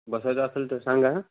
बसायचं असेल तर सांगा हां